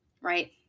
right